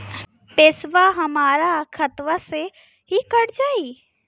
पेसावा हमरा खतवे से ही कट जाई?